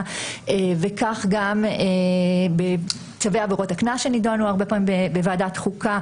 וכך גם בצווי עבירות הקנס שנדונו הרבה פעמים בוועדת חוקה.